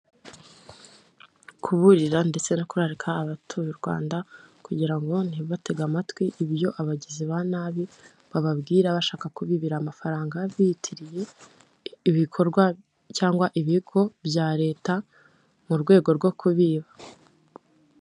Kuburira ndetse no kurarika abatuye u Rwanda kugira ngo ntibatege amatwi ibyo abagizi ba nabi bababwira, bashaka kubibira amafaranga biyitiriye ibikorwa cyangwa ibigo bya leta mu rwego rwo kubiba.